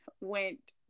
went